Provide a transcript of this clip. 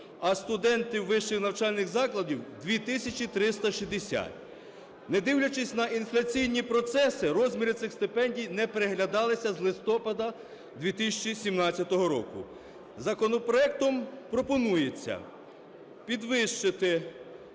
а студенти вищих навчальних закладів – 2 тисячі 360. Не дивлячись на інфляційні процеси, розміри цих стипендій не переглядалися з листопада 2017 року. Законопроектом пропонується підвищити